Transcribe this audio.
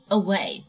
away